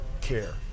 Care